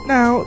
Now